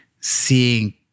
seeing